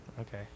Okay